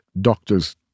doctors